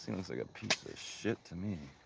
looks like a piece of shit to me.